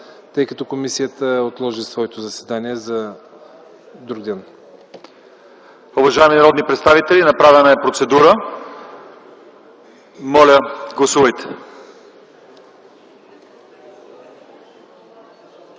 тъй като комисията отложи своето заседание за друг ден.